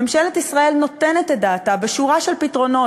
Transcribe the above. ממשלת ישראל נותנת את דעתה בשורה של פתרונות,